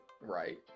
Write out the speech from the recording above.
right